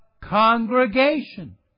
congregation